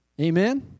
Amen